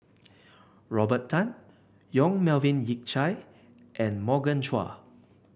Robert Tan Yong Melvin Yik Chye and Morgan Chua